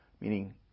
meaning